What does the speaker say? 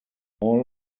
all